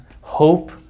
hope